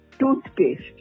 toothpaste